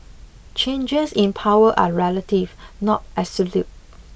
changes in power are relative not absolute